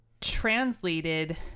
translated